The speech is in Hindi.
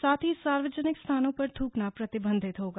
साथ ही सार्वजनिक स्थानों पर थ्रकना प्रतिबंधित होगा